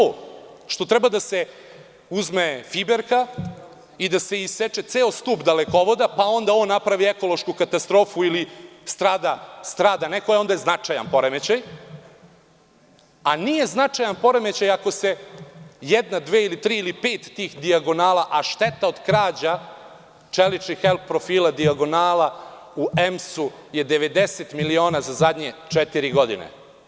Da li je poremećaj to što treba da se uzme fiberka, i da se iseče ceo stub dalekovoda, pa onda on napravi ekološku katastrofu ili strada neko, onda je značajan poremećaj, a nije značajan poremećaj ako se jedna, dve ili tri, ili pet tih dijagonala, a šteta od krađa čeličnih L profila, dijagonala u M su 90 miliona za zadnje četiri godine.